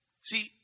See